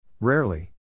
Rarely